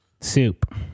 soup